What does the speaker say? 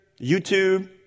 YouTube